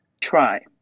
try